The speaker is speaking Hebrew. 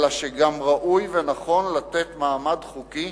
אלא שגם ראוי ונכון לתת מעמד חוקי